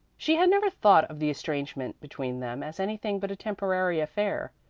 she had never thought of the estrangement between them as anything but a temporary affair,